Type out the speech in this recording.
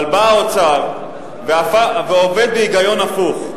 אבל בא האוצר ועובד בהיגיון הפוך.